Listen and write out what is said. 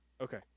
Okay